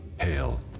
Hail